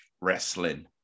wrestling